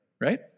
right